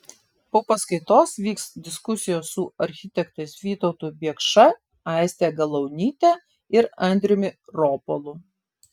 po paskaitos vyks diskusijos su architektais vytautu biekša aiste galaunyte ir andriumi ropolu